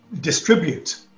distribute